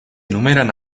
enumeran